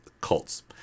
cults